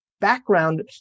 background